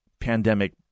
pandemic